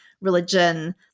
religion